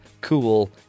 cool